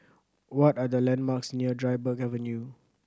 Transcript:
what are the landmarks near Dryburgh Avenue